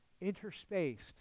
interspaced